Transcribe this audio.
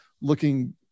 looking